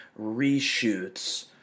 reshoots